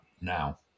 now